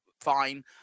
fine